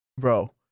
bro